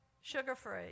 sugar-free